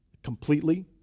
completely